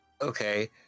Okay